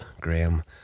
Graham